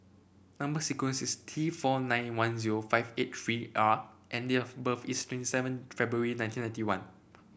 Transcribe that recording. number sequence is T four nine one zero five eight three R and date of birth is twenty seven February nineteen ninety one